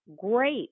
great